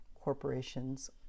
corporations